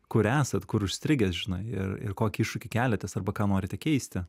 kur esat kur užstrigęs žinai ir ir kokį iššūkį keliatės arba ką norite keisti